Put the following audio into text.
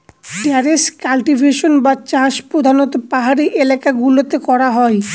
terrace cultivation বা চাষ প্রধানত পাহাড়ি এলাকা গুলোতে করা হয়